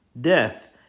Death